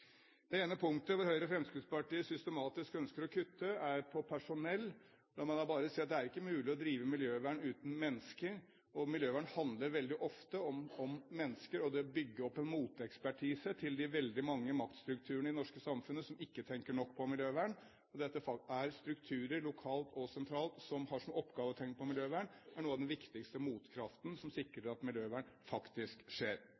Det ene punktet hvor Høyre og Fremskrittspartiet systematisk ønsker å kutte, er på personell. La meg da bare si at det ikke er mulig å drive miljøvern uten mennesker, og miljøvern handler veldig ofte om mennesker og det å bygge opp en motekspertise til de veldig mange maktstrukturene i det norske samfunnet som ikke tenker nok på miljøvern. Dette er strukturer lokalt og sentralt som har som oppgave å tenke på miljøvern, og er noe av den viktigste motkraften som sikrer at miljøvern faktisk skjer.